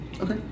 Okay